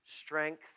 strength